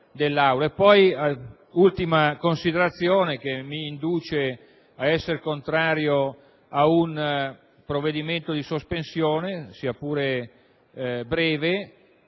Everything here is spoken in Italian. Un'ultima considerazione che mi induce ad essere contrario ad un provvedimento di sospensione, sia pure breve,